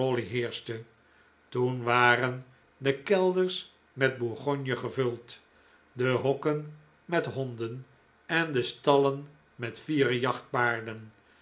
toen waren de kelders met bourgogne gevuld de hokken met honden en de stallen met